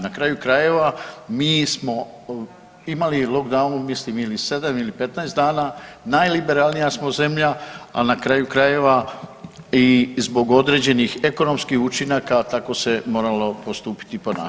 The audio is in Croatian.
Na kraju krajeva mi smo imali lockdown mislim ili 7 ili 15 dana, najliberalnija smo zemlja, a na kraju krajeva i zbog određenih ekonomskih učinaka tako se moralo postupiti i ponašati.